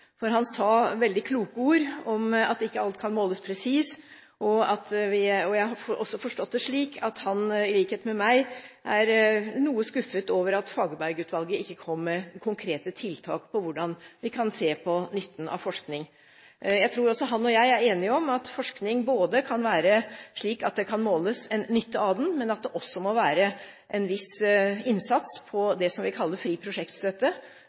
for han sa veldig kloke ord om at ikke alt kan måles presist. Jeg har også forstått det slik at han, i likhet med meg, er noe skuffet over at Fagerberg-utvalget ikke kom med konkrete tiltak for hvordan vi kan se på nytten av forskning. Jeg tror også han og jeg er enige om at forskning kan være slik at det kan måles en nytte av den, men at det også må være en viss innsats på det som vi kaller fri prosjektstøtte,